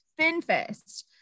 FinFest